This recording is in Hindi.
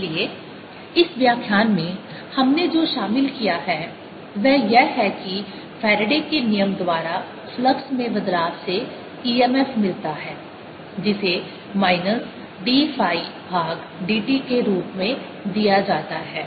इसलिए इस व्याख्यान में हमने जो शामिल किया है वह यह है कि फैराडे के नियम Faraday's law द्वारा फ्लक्स में बदलाव से emf मिलता है जिसे माइनस d फाई भाग d t के रूप में दिया जाता है